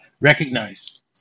recognize